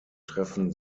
treffen